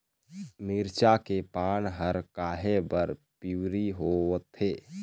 मिरचा के पान हर काहे बर पिवरी होवथे?